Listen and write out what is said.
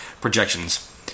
projections